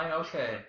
okay